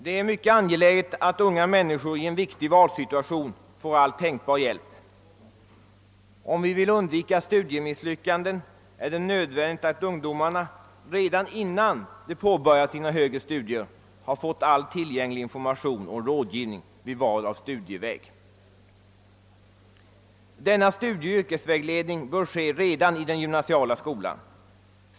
Det är mycket angeläget att unga människor i en så viktig valsituation får all tänkbar hjälp. Om vi vill undvika studiemisslyckande för de eleverna är det nödvändigt att dessa redan innan de påbörjar sina högre studier har fått all tillgänglig information och rådgivning vid valet av studieväg. Denna studieoch yrkesvägledning bör ske i den gymnasiala skolan.